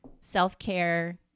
self-care